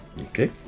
Okay